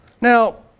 Now